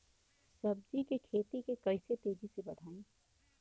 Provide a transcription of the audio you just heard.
सब्जी के खेती के कइसे तेजी से बढ़ाई?